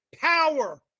Power